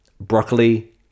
broccoli